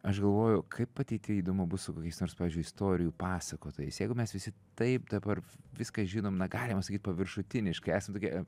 aš galvoju kaip ateity įdomu bus su kokiais nors pavyzdžiui istorijų pasakotojais jeigu mes visi taip dabar viską žinom na galima sakyt paviršutiniškai esam tokie